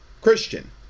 Christian